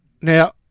Now